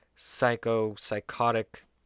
Psycho-psychotic